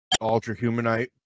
Ultra-humanite